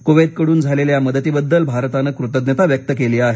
कुवैतकडून झालेल्या या मदतीबद्दल भारताने कृतज्ञता व्यक्त केली आहे